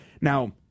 now